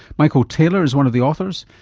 michael taylor is one of the authors,